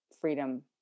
freedom